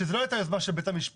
שזו לא הייתה יוזמה של בית המשפט.